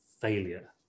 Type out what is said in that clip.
failure